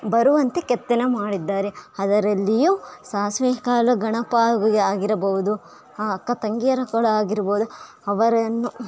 ಬರುವಂತೆ ಕೆತ್ತನೆ ಮಾಡಿದ್ದಾರೆ ಅದರಲ್ಲಿಯೂ ಸಾಸಿವೆ ಕಾಳು ಗಣಪ ಹಾಗು ಆಗಿರಬಹುದು ಆ ಅಕ್ಕ ತಂಗಿಯರ ಕೊಳ ಆಗಿರ್ಬೌದು ಅವರನ್ನು